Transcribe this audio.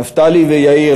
נפתלי ויאיר,